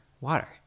water